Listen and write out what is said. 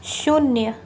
शून्य